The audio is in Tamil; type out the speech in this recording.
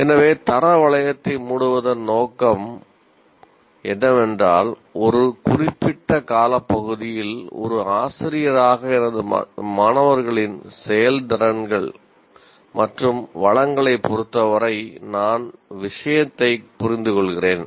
எனவே தர வளையத்தை மூடுவதன் முழு நோக்கம் என்னவென்றால் ஒரு குறிப்பிட்ட காலப்பகுதியில் ஒரு ஆசிரியராக எனது மாணவர்களின் திறன்கள் மற்றும் வளங்களைப் பொறுத்தவரை நான் விஷயத்தைப் புரிந்துகொள்கிறேன்